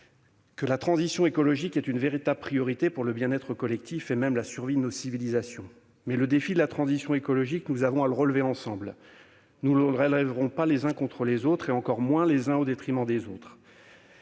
que la transition écologique est une véritable priorité pour le bien-être collectif et même la survie de nos civilisations. Mais nous avons à relever le défi de la transition écologique ensemble : nous ne le relèverons pas les uns contre les autres, et encore moins les uns au détriment des autres.